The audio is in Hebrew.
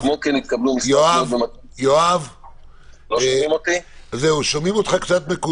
כמו כן התקבלו --- שומעים אותך קצת מקוטע.